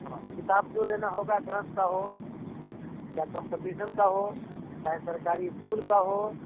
हाँ किताब जो लेना होगा गणित का हो या कम्पटीशन का हो चाहे सरकारी स्कूल का हो